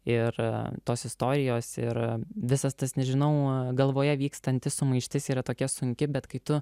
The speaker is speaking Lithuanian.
ir tos istorijos ir visas tas nežinau galvoje vykstanti sumaištis yra tokia sunki bet kai tu